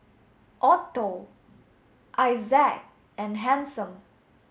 Otto Issac and Hanson